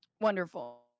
Wonderful